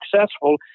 successful